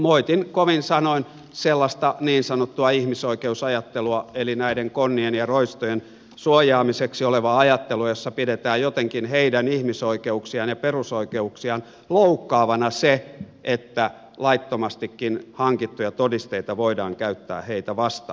moitin kovin sanoin sellaista niin sanottua ihmisoikeusajattelua eli näiden konnien ja roistojen suojaamiseksi olevaa ajattelua jossa pidetään jotenkin heidän ihmisoikeuksiaan ja perusoikeuksiaan loukkaavana sitä että laittomastikin hankittuja todisteita voidaan käyttää heitä vastaan